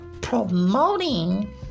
promoting